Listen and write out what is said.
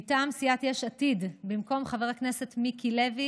מטעם סיעת יש עתיד, במקום חבר הכנסת מיקי לוי